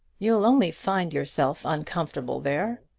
you'll only find yourself uncomfortable there.